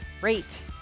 Great